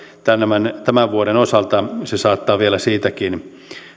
tämän tämän vuoden osalta prosenttiosuus saattaa vielä siitäkin